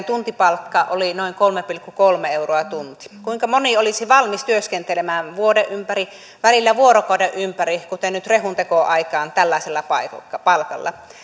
tuntipalkka oli noin kolme pilkku kolme euroa kuinka moni olisi valmis työskentelemään vuoden ympäri välillä vuorokauden ympäri kuten nyt rehuntekoaikaan tällaisella palkalla